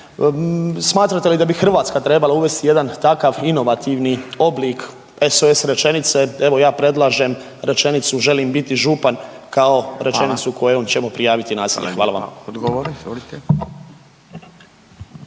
Smatrate li da bi Hrvatska trebala uvesti jedan takav inovativni oblik SOS rečenice. Evo ja predlažem rečenicu želim biti župan kao rečenicu kojom ćemo prijaviti nasilje. Hvala vam.